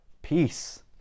Peace